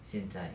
现在